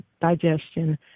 digestion